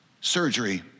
surgery